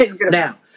Now